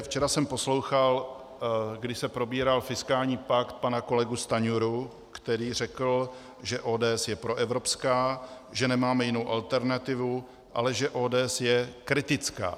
Včera jsem poslouchal, když se probíral fiskální pakt, pana kolegu Stanjuru, který řekl, že ODS je proevropská, že nemáme jinou alternativu, ale že ODS je kritická.